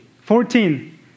Fourteen